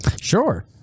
Sure